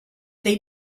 they